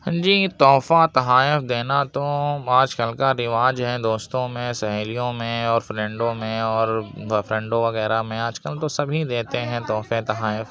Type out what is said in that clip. ہاں جی تحفہ تحائف دینا تو آج کل کا رواج ہے دوستوں میں سہیلیوں میں اور فرینڈوں میں اور بوائے فرینڈوں وغیرہ میں آج کل تو سبھی دیتے ہیں تحفے تحائف